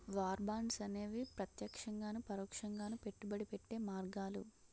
war bonds అనేవి ప్రత్యక్షంగాను పరోక్షంగాను పెట్టుబడి పెట్టే మార్గాలు